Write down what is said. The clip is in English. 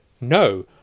no